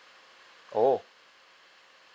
oh